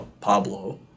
Pablo